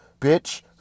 bitch